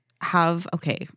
have—okay—